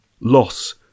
loss